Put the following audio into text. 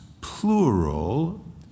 plural